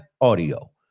audio